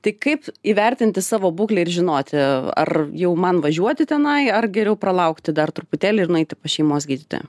tai kaip įvertinti savo būklę ir žinoti ar jau man važiuoti tenai ar geriau pralaukti dar truputėlį ir nueiti pas šeimos gydytoją